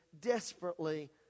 desperately